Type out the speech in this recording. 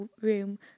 room